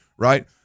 Right